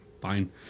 fine